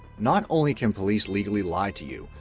not only can police legally lie to you,